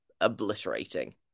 obliterating